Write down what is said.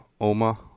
Oma